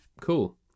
cool